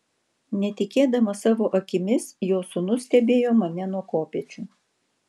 netikėdamas savo akimis jo sūnus stebėjo mane nuo kopėčių